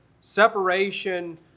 separation